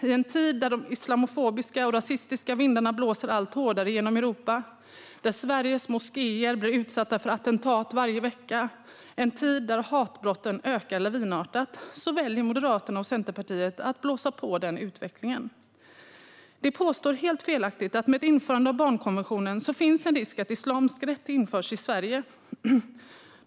I en tid där de islamofobiska och rasistiska vindarna blåser allt hårdare genom Europa, där Sveriges moskéer utsätts för attentat varje vecka och där hatbrotten ökar lavinartat väljer Moderaterna och Centerpartiet att blåsa på den utvecklingen. De påstår helt felaktigt att med ett införande av barnkonventionen finns en risk att islamisk rätt införs i Sverige.